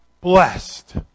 blessed